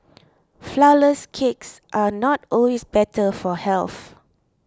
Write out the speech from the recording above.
Flourless Cakes are not always better for health